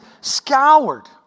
scoured